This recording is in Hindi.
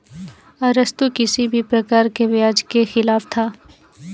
अरस्तु किसी भी प्रकार के ब्याज के खिलाफ था